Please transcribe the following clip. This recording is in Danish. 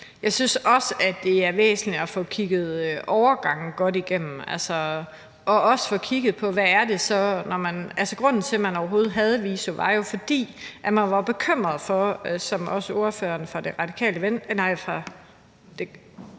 Jeg synes også, det er væsentligt at få kigget overgange godt igennem og også få kigget på, hvad der så er grunden. Altså, grunden til, at man overhovedet havde VISO, var jo, at man var bekymret for det her med – som også ordføreren for Det Radikale Venstre,